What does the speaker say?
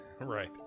right